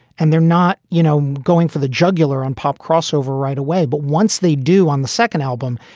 and they're not, you know, going for the jugular on pop crossover right away. but once they do on the second album,